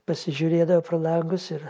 pasižiūrėdavo pro langus ir